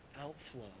outflow